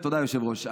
תודה, היושב-ראש.